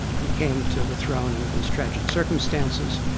he came to the throne under these tragic circumstances,